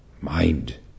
mind